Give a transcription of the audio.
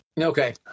Okay